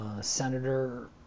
senator